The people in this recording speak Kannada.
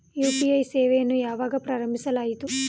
ಯು.ಪಿ.ಐ ಸೇವೆಯನ್ನು ಯಾವಾಗ ಪ್ರಾರಂಭಿಸಲಾಯಿತು?